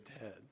dead